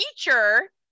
teacher